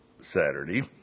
Saturday